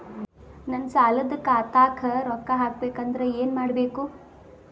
ನನ್ನ ಸಾಲದ ಖಾತಾಕ್ ರೊಕ್ಕ ಹಾಕ್ಬೇಕಂದ್ರೆ ಏನ್ ಮಾಡಬೇಕು?